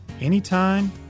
anytime